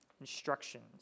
instructions